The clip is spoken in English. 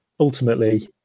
Ultimately